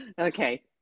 okay